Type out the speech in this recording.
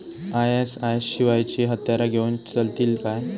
ISI शिवायची हत्यारा घेऊन चलतीत काय?